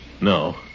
No